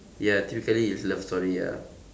ya truthfully it's love story ah